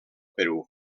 perú